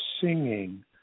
singing